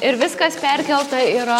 ir viskas perkelta yra